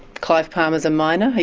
clive palmer's a miner.